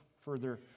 further